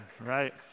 right